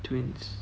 twins